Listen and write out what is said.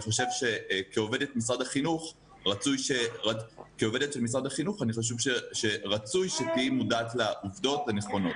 כעובדת של משרד החינוך אני חושב שרצוי שתהיי מודעת לעובדות הנכונות.